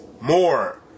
more